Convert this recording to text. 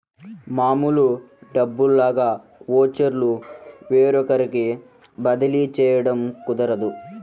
మామూలు డబ్బుల్లాగా ఓచర్లు వేరొకరికి బదిలీ చేయడం కుదరదు